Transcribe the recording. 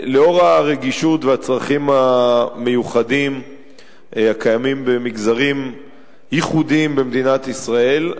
לנוכח הרגישות והצרכים המיוחדים הקיימים במגזרים ייחודיים במדינת ישראל,